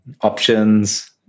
options